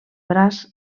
braç